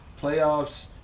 playoffs